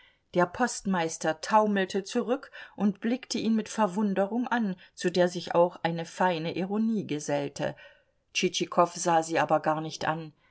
der postmeister taumelte zurück und blickte ihn mit verwunderung an zu der sich auch eine feine ironie gesellte tschitschikow sah sie aber gar nicht an